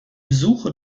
besuche